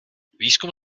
výzkum